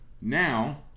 now